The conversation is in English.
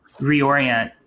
reorient